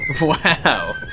Wow